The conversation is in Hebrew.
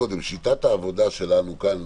שיטת העבודה שלנו כאן,